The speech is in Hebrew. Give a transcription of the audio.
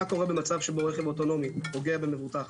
מה קורה במצב שבו רכב אוטונומי פוגע במבוטח,